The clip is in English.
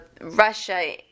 Russia